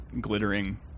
glittering